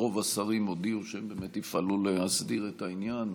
רוב השרים הודיעו שהם יפעלו להסדיר את העניין,